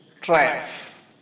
triumph